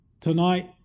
tonight